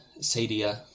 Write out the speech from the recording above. Sadia